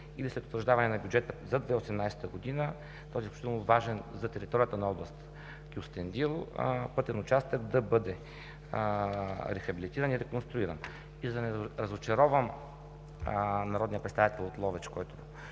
или след утвърждаване на бюджета за 2018 г. този изключително важен за територията на област Кюстендил пътен участък да бъде рехабилитиран и реконструиран. И за да не разочаровам народния представител от Ловеч, който